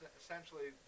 essentially